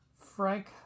Frank